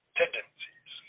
tendencies